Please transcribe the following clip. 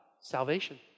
Salvation